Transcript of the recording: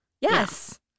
Yes